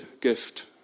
gift